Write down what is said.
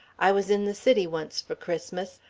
i was in the city once for christmas.